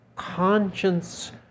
conscience